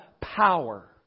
power